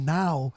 now